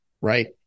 right